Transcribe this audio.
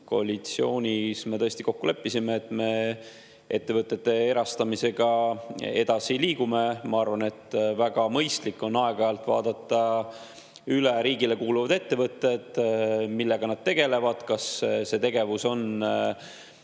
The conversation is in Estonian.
koalitsioonis me leppisime tõesti kokku, et me ettevõtete erastamisega edasi liigume. Ma arvan, et väga mõistlik on aeg-ajalt vaadata üle riigile kuuluvad ettevõtted, millega nad tegelevad, kas see tegevus on